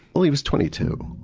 well, he was twenty-two.